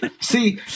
see